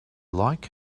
like